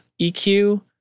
EQ